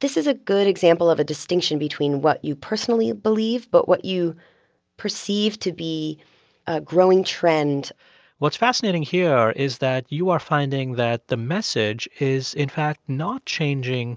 this is a good example of a distinction between what you personally believe but what you perceive to be a growing trend what's fascinating here is that you are finding that the message is in fact not changing